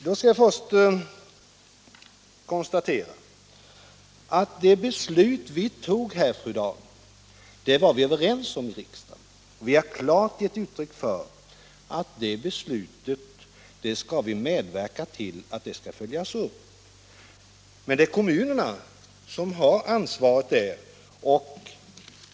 Jag skall först konstatera att vi var överens om det beslut vi fattade här i riksdagen. Vi har således klart gett uttryck för att vi skall medverka till att det beslutet kommer att följas upp, men det är kommunerna som har ansvaret för detta.